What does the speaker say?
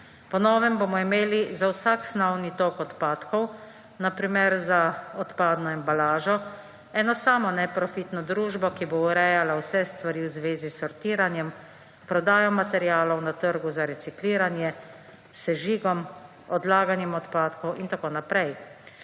Po novem bomo imeli za vsak snovi tok odpadkov, na primer za odpadno embalažo, eno samo neprofitno družbo, ki bo urejala vse stvari v zvezi s sortiranjem, prodajo materialov na trgu za recikliranje, sežigom, odlaganjem odpadkov, in tako naprej.